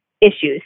issues